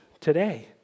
today